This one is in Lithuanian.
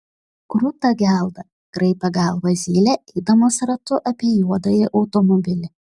kruta gelda kraipė galvą zylė eidamas ratu apie juodąjį automobilį